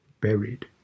buried